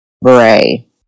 Bray